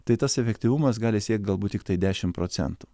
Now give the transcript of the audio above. tai tas efektyvumas gali siekt galbūt tiktai dešim procentų